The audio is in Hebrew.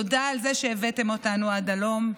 תודה על זה שהבאתם אותנו עד הלום.